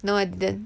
no I didn't